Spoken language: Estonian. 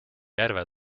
järve